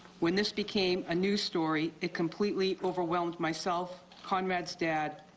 when this became a news story it completely overwhelmed myself, conrad's dad,